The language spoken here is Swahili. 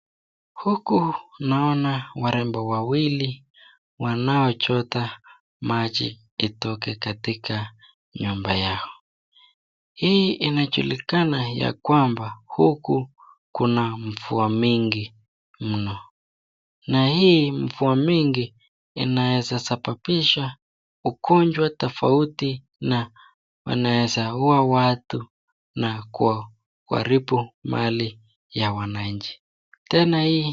Huku naona warembo wawili wanaochota maji itoke katika nyumba yao. Hii inajulikana ya kwamba huku kuna mvua mingi mno na hii mvua mingi inaweza sababisha ugonjwa tofauti na inaweza ua watu na kuharibu mali ya wananchi. Tena hii,,